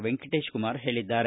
ವೆಂಕಟೇಶಕುಮಾರ್ ಹೇಳಿದ್ದಾರೆ